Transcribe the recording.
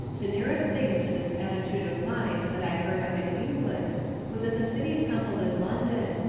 the nearest thing to this attitude of mind that i heard of in england was at the city temple in london,